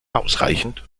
ausreichend